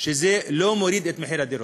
זה לא מוריד את מחיר הדירות,